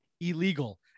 illegal